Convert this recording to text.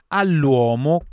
all'uomo